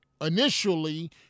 initially